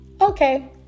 Okay